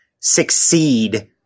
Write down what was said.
succeed